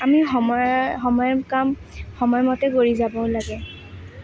আমি সময়ৰ সময়ৰ কাম সময়মতে কৰি যাব লাগে